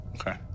Okay